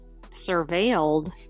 surveilled